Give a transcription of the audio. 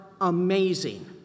amazing